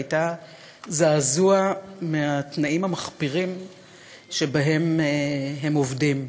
הייתה זעזוע מהתנאים המחפירים שבהם הם עובדים,